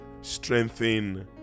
Strengthen